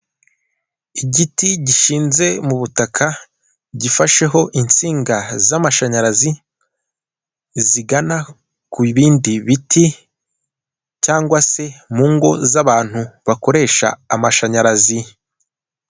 Igiti gishinze mu butaka, gifasheho insinga z'amashanyarazi, zigana ku bindi biti cyangwa se mu ngo z'abantu bakoresha amashanyarazi.